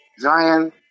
Zion